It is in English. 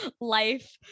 life